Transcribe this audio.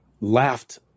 laughed